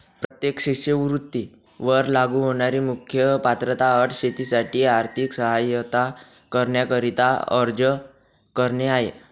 प्रत्येक शिष्यवृत्ती वर लागू होणारी मुख्य पात्रता अट शेतीसाठी आर्थिक सहाय्यता करण्याकरिता अर्ज करणे आहे